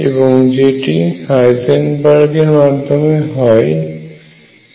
এর ফলে একটি বৃহৎ পরিবর্তন ঘটে